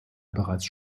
bereits